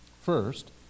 First